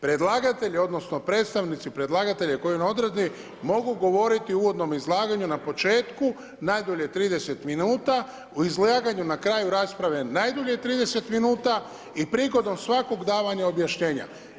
Predlagatelj odnosno, predstavnici predlagatelja, koji … mogu govoriti u uvodnom izlaganju na početku, najdulje 30 min, u izlaganju na kraju rasprave, najdulje 30 min i prigodom svakog davanja objašnjenja.